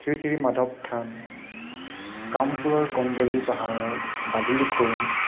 শ্ৰী শ্ৰী মাধৱ থান কামপুৰৰ কন্দলী পাহাৰৰ বাদুলী খুৰুং